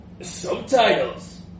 Subtitles